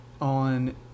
on